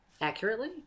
accurately